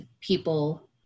people